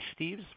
Steves